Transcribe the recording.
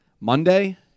Monday